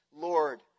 Lord